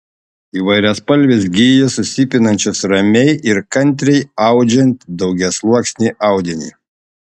įvairiaspalvės gijos susipinančios ramiai ir kantriai audžiant daugiasluoksnį audinį